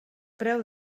preu